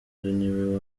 niwe